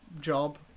job